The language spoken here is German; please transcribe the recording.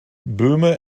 böhme